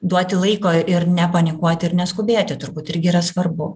duoti laiko ir nepanikuoti ir neskubėti turbūt irgi yra svarbu